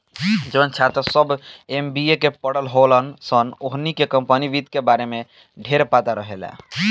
जवन छात्र सभ एम.बी.ए के पढ़ल होलन सन ओहनी के कम्पनी वित्त के बारे में ढेरपता रहेला